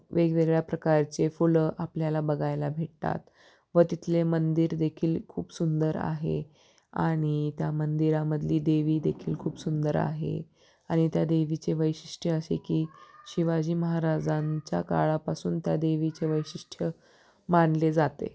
वेगवेगळ्या प्रकारचे फुलं आपल्याला बघायला भेटतात व तिथले मंदिर देखील खूप सुंदर आहे आणि त्या मंदिरामधली देवी देखील खूप सुंदर आहे आणि त्या देवीचे वैशिष्ट्य असे की शिवाजी महाराजांच्या काळापासून त्या देवीचे वैशिष्ट्य मानले जाते